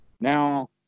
Now